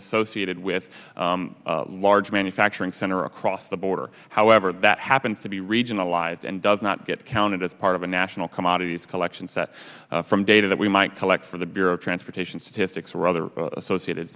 associated with large manufacturing center across the border however that happens to be regionalized and does not get counted as part of a national commodities collection set from data that we might collect from the bureau of transportation statistics or other associated